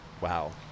Wow